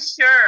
sure